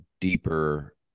deeper